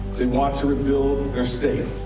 they want to rebuild their state.